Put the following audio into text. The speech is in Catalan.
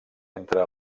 entre